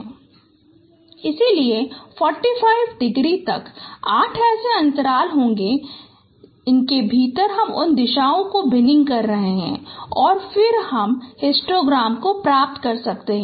इसलिए 45 डिग्रीπ4 तक 8 ऐसे अंतराल होंगे और इसके भीतर हम उन दिशाओं को बिनिंग कर रहे है और फिर अब हम हिस्टोग्राम प्राप्त कर सकते हैं